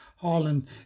Holland